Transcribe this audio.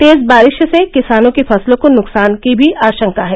तेज बारिश से किसानों की फसलों को नुकसान की भी आशंका है